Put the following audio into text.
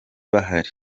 bahari